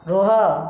ରୁହ